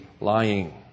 lying